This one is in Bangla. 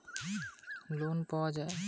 ক্ষুদ্রশিল্পের এককালিন কতটাকা লোন পাওয়া য়ায়?